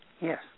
yes